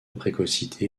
précocité